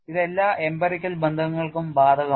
ഇത് എല്ലാ emperical ബന്ധങ്ങൾക്കും ബാധകമാണ്